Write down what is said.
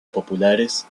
populares